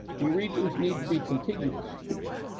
do regions need to be contiguous? or